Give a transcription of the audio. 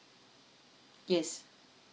yes